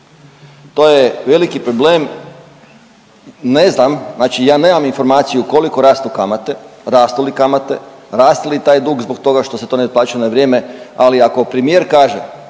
To je veliki problem. Ne znam, znači ja nemam informaciju koliko rastu kamate, rastu li kamate, raste li taj dug zbog toga što se to ne otplaćuje na vrijeme, ali ako premijer kaže,